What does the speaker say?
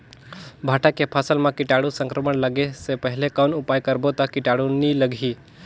भांटा के फसल मां कीटाणु संक्रमण लगे से पहले कौन उपाय करबो ता कीटाणु नी लगही?